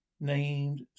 named